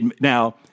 Now